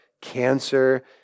cancer